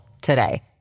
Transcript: today